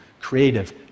creative